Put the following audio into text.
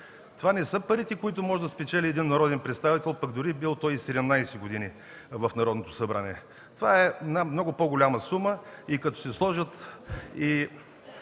това не са парите, които може да спечели народен представител, пък дори да е бил и 17 години в Народното събрание. Това е една много по-голяма сума. И като се сложат